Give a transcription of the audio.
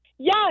Yes